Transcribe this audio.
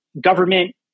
government